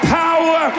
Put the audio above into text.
power